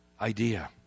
idea